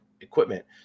equipment